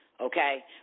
okay